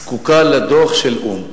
זקוקה לדוח של או"ם.